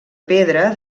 pedra